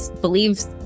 believes